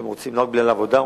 אנשים רוצים לא רק בגלל עבודה,